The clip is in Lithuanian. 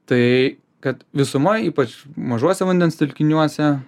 tai kad visumoj ypač mažuose vandens telkiniuose